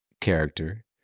character